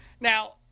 Now